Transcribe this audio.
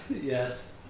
Yes